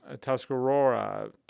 Tuscarora